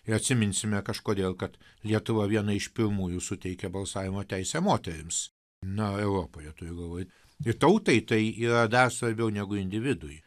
ir atsiminsime kažkodėl kad lietuva viena iš pirmųjų suteikė balsavimo teisę moterims na europoje turiu galvoj ir tautai tai yra dar svarbiau negu individui